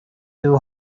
two